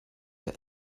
der